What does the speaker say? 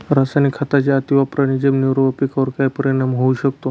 रासायनिक खतांच्या अतिवापराने जमिनीवर व पिकावर काय परिणाम होऊ शकतो?